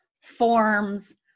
forms